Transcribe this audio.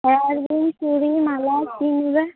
হ্যাঁ রিং চুড়ি মালা কী নেবে